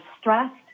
stressed